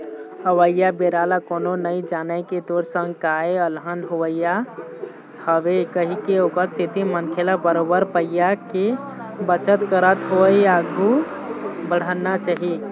अवइया बेरा ल कोनो नइ जानय के तोर संग काय अलहन होवइया हवय कहिके ओखर सेती मनखे ल बरोबर पइया के बचत करत होय आघु बड़हना चाही